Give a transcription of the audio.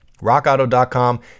RockAuto.com